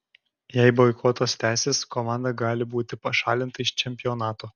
jei boikotas tęsis komanda gali būti pašalinta iš čempionato